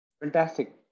Fantastic